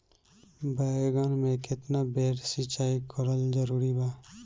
बैगन में केतना बेर सिचाई करल जरूरी बा?